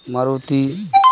Maruti